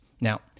Now